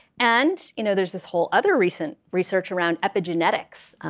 and you know there's this whole other recent research around epigenetics,